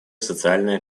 социальные